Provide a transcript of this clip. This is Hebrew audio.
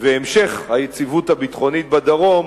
והמשך היציבות הביטחונית בדרום